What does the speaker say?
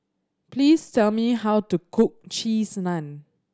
please tell me how to cook Cheese Naan